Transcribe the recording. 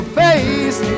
face